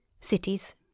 Cities